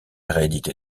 rééditée